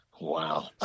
Wow